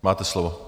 Máte slovo.